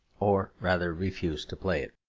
or rather refused to play it.